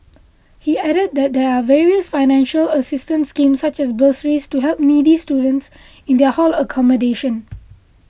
he added that there are various financial assistance schemes such as bursaries to help needy students in their hall accommodation